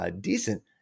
decent